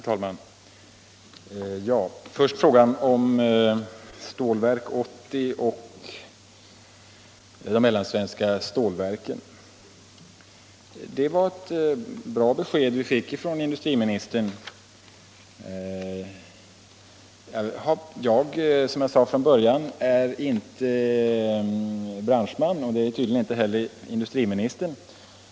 Herr talman! Först frågan om Stålverk 80 och de mellansvenska stålverken. Det var ett bra besked vi fick från industriministern. Som jag sade från början är jag inte branschman, och det är tydligen inte heller industriministern.